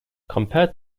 compared